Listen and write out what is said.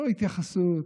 לא התייחסות,